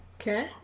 Okay